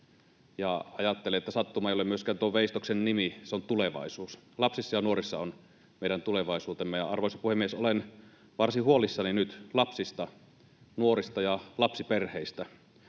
Ja ajattelen, että sattuma ei ole myöskään tuo veistoksen nimi, se on Tulevaisuus. Lapsissa ja nuorissa on meidän tulevaisuutemme. Arvoisa puhemies! Olen varsin huolissani nyt lapsista, nuorista ja lapsiperheistä.